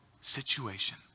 situation